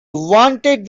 wanted